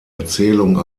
erzählung